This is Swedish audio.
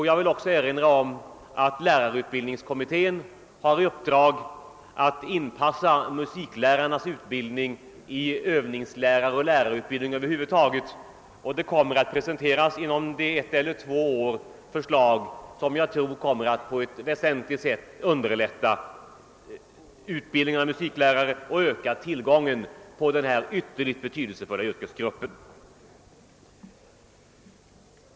Jag vill också erinra om att lärarutbildningskommittén har i uppdrag att inpassa musiklärarnas utbildning i Övningsläraroch lärarutbildningen över huvud taget. Inom ett å två år kommer det att presenteras ett förslag som väsentligt kommer att underlätta utbildningen av musiklärare och öka tillgången på denna ytterligt betydelsefulla yrkesgrupp.